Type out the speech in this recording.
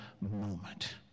moment